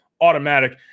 automatic